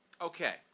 Okay